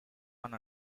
one